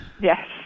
Yes